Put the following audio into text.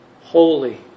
Holy